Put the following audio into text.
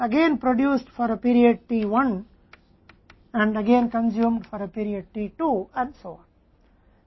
तो एक बार फिर यहाँ से इसे फिर से पीरियड t 1 के लिए उत्पादित किया जाता है और फिर से t 2 और इसी तरह पीरियड के लिए खपत किया जाता है